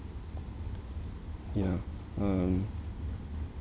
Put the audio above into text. yeah um